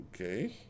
Okay